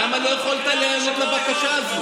למה לא יכולת להיענות לבקשה הזו?